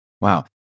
Wow